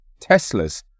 Teslas